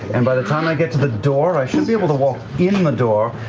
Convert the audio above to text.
and by the time i get to the door, i should be able to walk in the door.